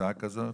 הצעה כזאת